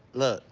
look,